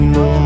no